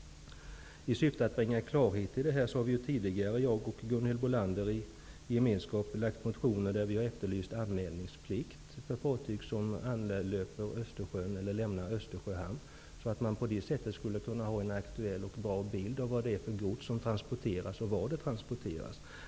I syfte att bringa klarhet i denna fråga har Gunhild Bolander och jag i gemenskap tidigare väckt motioner i vilka vi har efterlyst anmälningsplikt för fartyg som anlöper Östersjön eller som lämnar Östersjöhamn. På så sätt skulle man kunna få en aktuell och god bild av vad för slags gods som transporteras och vart det transporteras.